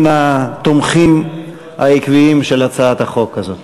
היא מן התומכים העקביים בהצעת החוק הזאת.